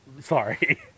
Sorry